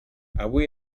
avui